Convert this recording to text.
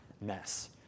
mess